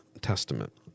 Testament